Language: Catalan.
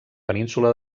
península